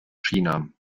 china